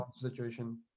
situation